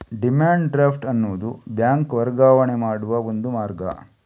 demand draft ಅನ್ನುದು bank ವರ್ಗಾವಣೆ ಮಾಡುವ ಒಂದು ಮಾರ್ಗ